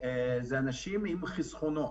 זה אנשים עם חסכונות.